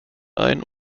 ein